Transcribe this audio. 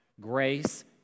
grace